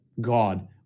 God